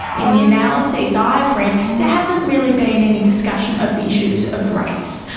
in the analyses i've read that hasn't really been any discussion of the issues of race.